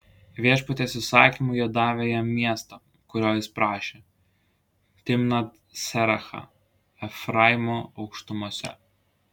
viešpaties įsakymu jie davė jam miestą kurio jis prašė timnat serachą efraimo aukštumose